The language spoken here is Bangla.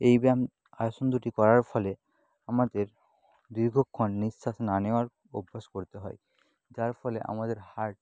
এই ব্যায়াম আসন দুটি করার ফলে আমাদের দীর্ঘক্ষণ নিশ্বাস না নেওয়ার অভ্যাস করতে হয় যার ফলে আমাদের হার্ট